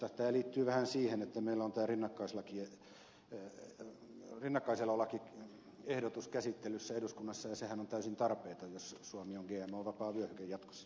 tämä liittyy vähän siihen että meillä on tämä rinnakkaiselolakiehdotus käsittelyssä eduskunnassa ja sehän on täysin tarpeeton jos suomi on gmo vapaa vyöhyke jatkossa